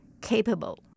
capable